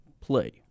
play